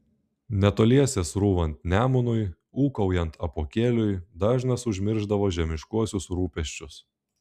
netoliese srūvant nemunui ūkaujant apuokėliui dažnas užmiršdavo žemiškuosius rūpesčius